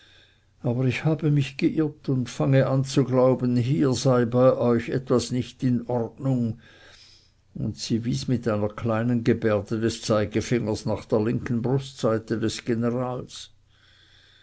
aber ich habe mich geirrt und fange an zu glauben hier sei bei euch etwas nicht in ordnung und sie wies mit einer kleinen gebärde des zeigefingers nach der linken brustseite des generals